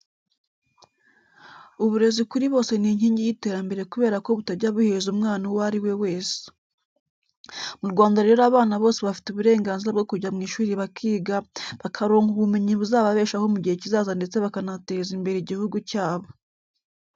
Uburezi kuri bose ni inkingi y'iterambere kubera ko butajya buheza umwana uwo ari we wese. Mu Rwanda rero abana bose bafite uburenganzira bwo kujya mu ishuri bakiga, bakaronka ubumenyi buzababeshaho mu gihe kizaza ndetse bakanateza imbere igihugu cyabo.